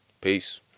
Peace